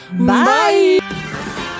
bye